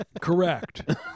Correct